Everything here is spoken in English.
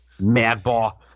Madball